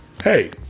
Hey